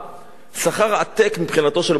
שכר עתק מבחינתו של בחור צעיר.